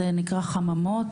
זה נקרא חממות.